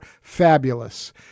fabulous